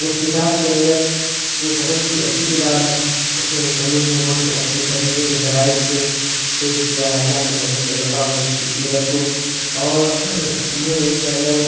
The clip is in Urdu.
اس کتاب کے اندر وہ بہت ہی اچھی کتاب ہے اس میں مصنف نے بہت ہی اچھے طریقے سے دلائل سے پیش کیا ہے اللہ کے نبی صلی اللہ علیہ وسلم کی سیرت کو اور انہوں نے اس کے اندر